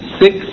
six